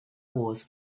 wars